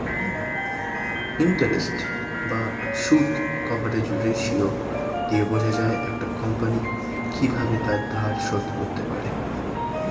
interest বা সুদ coverage ratio দিয়ে বোঝা যায় একটা কোম্পানি কিভাবে তার ধার শোধ করতে পারে